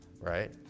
right